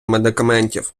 медикаментів